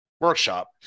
workshop